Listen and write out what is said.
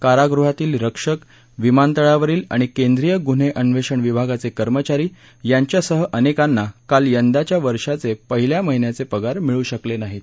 कारागृहातील रक्षक विमानतळावरील आणि केंद्रीय गुन्हे अन्वेषण विभागाचे कर्मचारी यांच्यासह अनेकांना काल यंदाच्या वर्षाचे पहिल्या महिन्याचे पगार मिळू शकले नाहीत